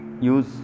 use